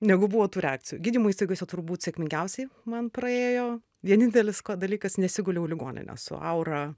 negu buvo tų reakcijų gydymo įstaigose turbūt sėkmingiausiai man praėjo vienintelis ko dalykas nesiguliau į ligoninę su aura